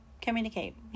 communicate